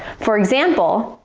for example,